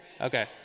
Okay